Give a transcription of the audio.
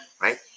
right